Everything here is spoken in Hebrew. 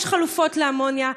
יש חלופות לאמוניה,